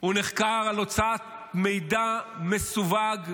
הוא נחקר על הוצאת מידע מסווג מאוד.